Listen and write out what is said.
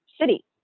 city